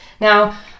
Now